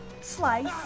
slice